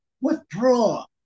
Withdraw